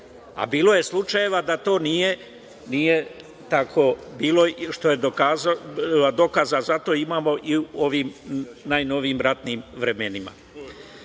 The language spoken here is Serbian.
a bilo je slučajeva da to nije tako bilo, a dokaza za to imamo i u ovim najnovijim ratnim vremenima. Dovoljno